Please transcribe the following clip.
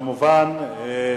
אין.